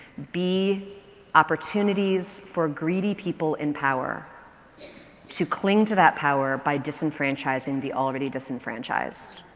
be opportunities for greedy people in power to cling to that power by disenfranchising the already disenfranchised.